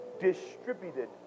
distributed